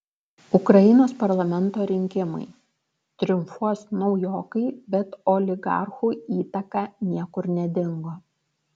ukrainos parlamento rinkimai triumfuos naujokai bet oligarchų įtaka niekur nedingo